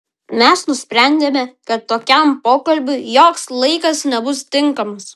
mes nusprendėme kad tokiam pokalbiui joks laikas nebus tinkamas